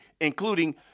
including